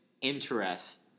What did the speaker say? interest